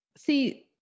See